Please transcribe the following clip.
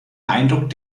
eindruck